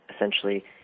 essentially